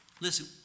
Listen